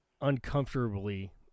uncomfortably